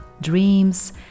dreams